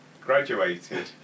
graduated